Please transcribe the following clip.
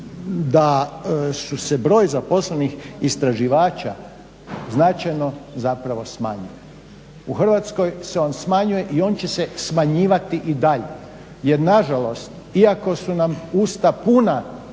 da su se broj zaposlenih istraživača značajno zapravo smanjili. U Hrvatskoj se on smanjuje i on će se smanjivati i dalje jer na žalost iako su nam usta puna